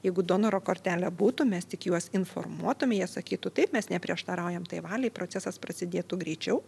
jeigu donoro kortelė būtų mes tik juos informuotume jie sakytų taip mes neprieštaraujam tai valiai procesas prasidėtų greičiau